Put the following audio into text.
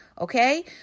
Okay